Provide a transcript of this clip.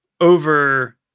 over